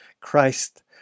Christ